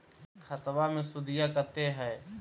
खतबा मे सुदीया कते हय?